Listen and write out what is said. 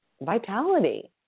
vitality